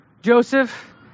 Joseph